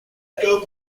eco